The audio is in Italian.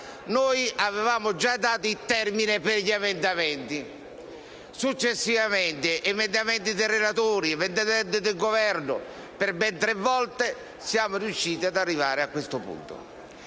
- avevamo già dato il termine per gli emendamenti. Successivamente, con emendamenti dei relatori e del Governo, per ben tre volte siamo riusciti ad arrivare a questo punto.